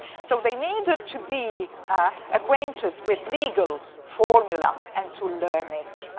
so they needed to be acquainted with legal formula and to learn it.